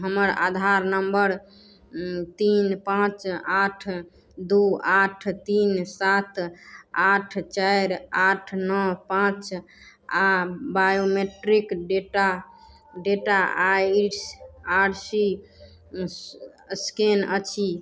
आधार नम्बर तीन पाँच आठ दू आठ तीन सात आठ चारि आठ नओ पाँच आ बायोमेट्रिक डेटा डेटा आइरिस आरसी स्कैन अछि